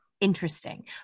interesting